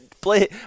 play